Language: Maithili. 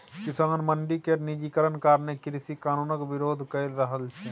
किसान मंडी केर निजीकरण कारणें कृषि कानुनक बिरोध कए रहल छै